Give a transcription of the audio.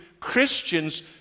Christians